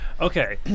okay